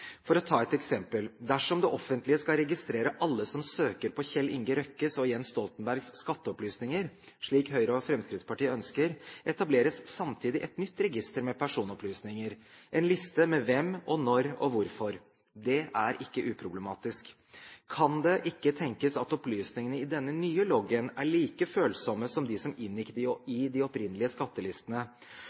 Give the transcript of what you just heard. For å ta et eksempel: Dersom det offentlige skal registrere alle som søker på Kjell Inge Røkkes og Jens Stoltenbergs skatteopplysninger, slik Høyre og Fremskrittspartiet ønsker, etableres det samtidig et nytt register med personopplysninger – en liste med hvem og når og hvorfor. Det er ikke uproblematisk. Kan det ikke tenkes at opplysningene i denne nye loggen er like følsomme som de som inngikk i de opprinnelige skattelistene?